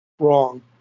wrong